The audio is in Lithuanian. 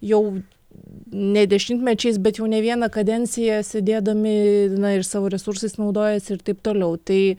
jau ne dešimtmečiais bet jau ne vieną kadenciją sėdėdami na ir savo resursais naudojasi ir taip toliau tai